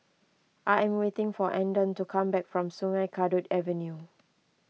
I am waiting for andon to come back from Sungei Kadut Avenue